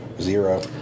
zero